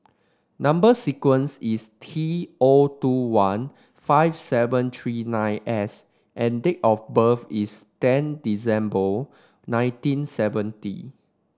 number sequence is T O two one five seven three nine S and date of birth is ten December nineteen seventy